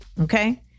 Okay